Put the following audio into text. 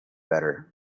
better